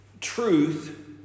truth